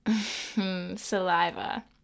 saliva